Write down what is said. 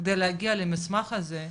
כדי להגיע למסמך הזה,